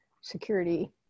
security